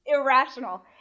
irrational